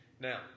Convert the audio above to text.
Now